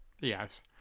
Yes